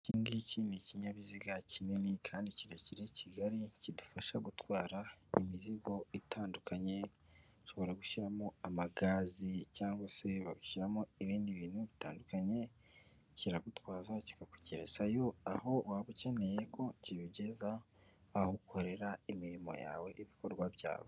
Iki ngiki ni ikinyabiziga kinini kandi kirekire kigari kidufasha gutwara imizigo itandukanye, ushobora gushyiramo amagaze cyangwa se bashyiramo ibindi bintu bitandukanye, kiragutwaza kikakugerezayo aho waba ukeneye, ko kiwugeza, aho ukorera imirimo yawe ibikorwa byawe.